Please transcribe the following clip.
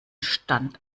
stand